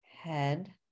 head